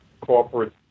corporate